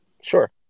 Sure